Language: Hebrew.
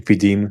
ליפידים,